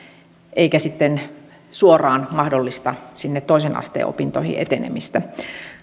eikä sitten suoraan mahdollista sinne toisen asteen opintoihin etenemistä